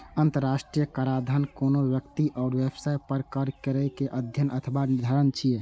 अंतरराष्ट्रीय कराधान कोनो व्यक्ति या व्यवसाय पर कर केर अध्ययन अथवा निर्धारण छियै